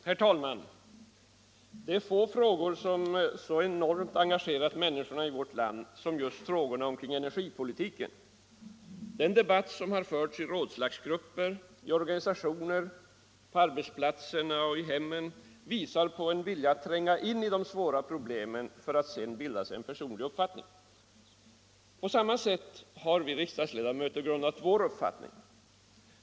Herr talman! Det är få frågor som så enormt engagerar människorna i vårt land som energipolitiken. Den debatt som förts i rådslagsgrupper, i organisationer, på arbetsplatser och i hemmen visar på en vilja att tränga in i de svåra problemen för att bilda sig en personlig uppfattning. På samma sätt har vi riksdagsledamöter grundat vår uppfattning.